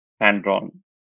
hand-drawn